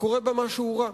שקורה בה משהו רע.